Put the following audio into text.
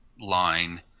line